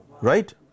right